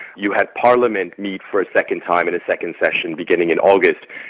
you had parliament meet for a second time in a second session beginning in august,